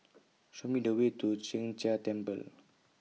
Show Me The Way to Sheng Jia Temple